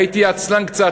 הייתי עצלן קצת,